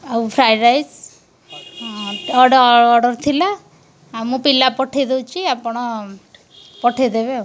ଆଉ fried rice order order ଥିଲା ଆଉ ମୁଁ ପିଲା ପଠେଇ ଦେଉଛି ଆପଣ ପଠେଇଦେବେ ଆଉ